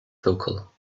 vocal